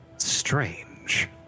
Strange